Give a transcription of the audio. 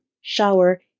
shower